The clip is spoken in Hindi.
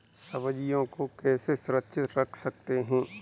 सब्जियों को कैसे सुरक्षित रख सकते हैं?